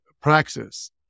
praxis